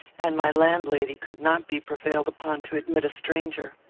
and my landlady could not be prevailed upon to admit a stranger.